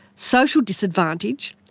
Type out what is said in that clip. social disadvantage,